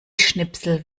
schnipsel